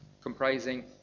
comprising